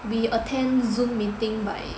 we attend Zoom meeting by